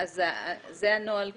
זה הנוהל כאן.